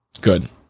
Good